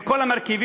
תלך,